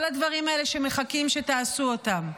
כל הדברים האלה שמחכים שתעשו אותם.